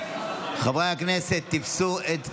חברי הכנסת, תפסו את מקומותיכם.